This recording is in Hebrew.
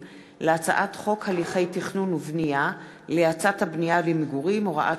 הצעת חוק הנצחת זכרם של קורבנות